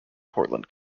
portland